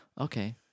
Okay